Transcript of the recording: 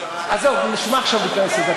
עזוב, בשביל מה עכשיו להיכנס לזה?